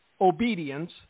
obedience